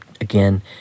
again